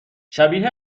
شبیه